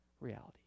reality